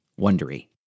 Wondery